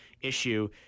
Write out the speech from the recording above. issue